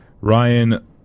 Ryan